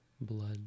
blood